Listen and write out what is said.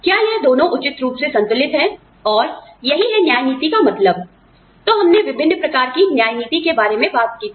क्या यह दोनों उचित रूप से संतुलित है और यही है न्याय नीति का मतलब ठीक है तो हमने विभिन्न प्रकार की न्याय नीति के बारे में बात की थी